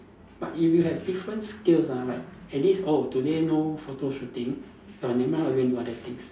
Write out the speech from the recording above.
but if you have different skills ah like at least oh today no photo shooting uh never mind ah you go do other things